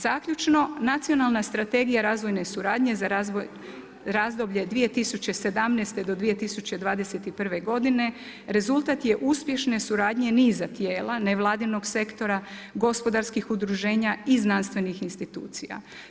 Zaključno, Nacionalna strategija razvojne suradnje za razdoblje 2017. do 2021. godine rezultat je uspješne suradnje niza tijela, nevladinog sektora, gospodarskih udruženja i znanstvenih institucija.